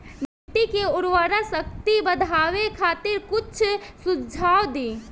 मिट्टी के उर्वरा शक्ति बढ़ावे खातिर कुछ सुझाव दी?